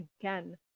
again